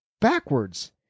backwards